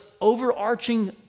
overarching